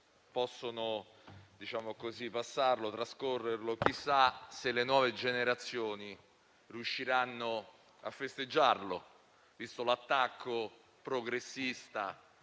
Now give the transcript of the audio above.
possono celebrarlo. Chissà se le nuove generazioni riusciranno a festeggiarlo, visto l'attacco progressista